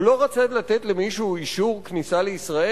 הוא לא רוצה לתת למישהו אישור כניסה לישראל?